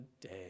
day